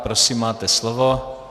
Prosím, máte slovo.